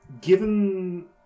Given